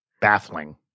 baffling